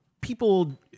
people